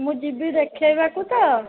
ମୁଁ ଯିବି ଦେଖାଇବାକୁ ତ